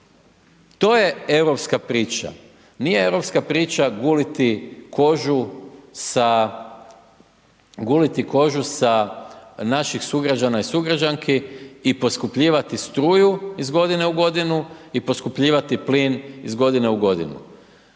To je europska priča. Nije europska priča guliti kožu sa naših sugrađana i sugrađanki i poskupljivati struju iz godinu u godinu i poskupljivati plin iz godine u godinu.